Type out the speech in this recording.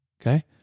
Okay